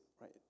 right